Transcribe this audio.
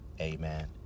Amen